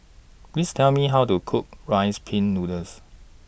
Please Tell Me How to Cook Rice Pin Noodles